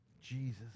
Jesus